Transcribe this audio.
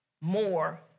more